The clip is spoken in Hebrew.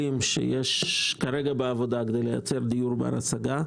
שיש כרגע בעבודה כדי לייצר דיור בר השגה.